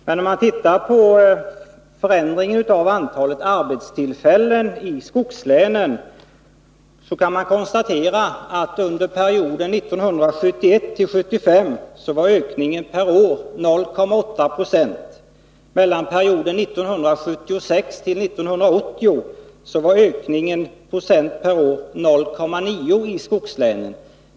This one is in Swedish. Men om man ser på förändringen av antalet arbetstillfällen i skogslänen, kan man konstatera att ökningen per år under perioden 1971-1975 var 0,8 26, medan den under perioden 1976-1980 var 0,9 26.